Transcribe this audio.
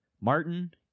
Martin